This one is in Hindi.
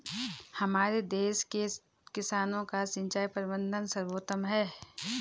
हमारे देश के किसानों का सिंचाई प्रबंधन सर्वोत्तम है